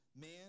Man